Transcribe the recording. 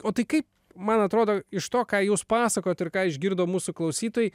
o tai kaip man atrodo iš to ką jūs pasakojot ir ką išgirdo mūsų klausytojai